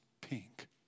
pink